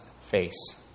face